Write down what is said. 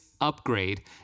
upgrade